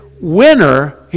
winner